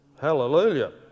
hallelujah